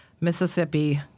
Mississippi